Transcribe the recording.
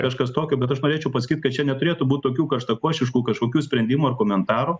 kažkas tokio bet aš norėčiau pasakyt kad čia neturėtų būt tokių karštakošiškų kažkokių sprendimų ar komentarų